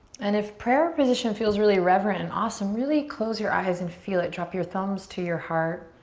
and if prayer position feels really revenant and awesome really close your eyes and feel it. drop your thumbs to your heart.